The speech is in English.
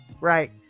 right